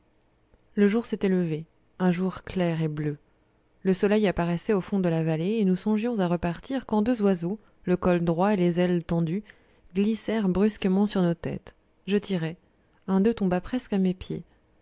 le jour s'était levé un jour clair et bleu le soleil apparaissait au fond de la vallée et nous songions à repartir quand deux oiseaux le col droit et les ailes tendues glissèrent brusquement sur nos têtes je tirai un d'eux tomba presque à mes pieds